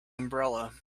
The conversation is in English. umbrella